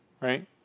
right